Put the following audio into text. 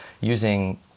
using